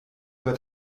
über